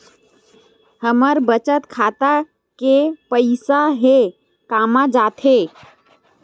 हमर बचत खाता के पईसा हे कामा जाथे?